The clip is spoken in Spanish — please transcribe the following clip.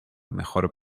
mejor